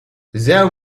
they